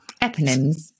Eponyms